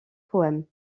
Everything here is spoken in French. poèmes